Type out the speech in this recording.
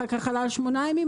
אחר כך עלה ל-8 ימים,